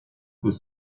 peut